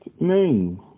name